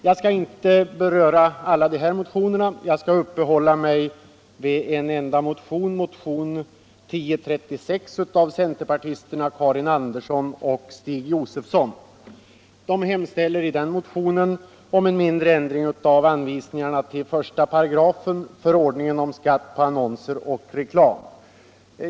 Jag skall inte beröra alla motionerna, utan vill uppehålla mig vid en enda motion, nr 1036 av centerpartisterna Karin Andersson och Stig Josefson. De hemställer i den motionen om en mindre ändring av anvisningarna till I § förordningen om skatt på annonser och reklam.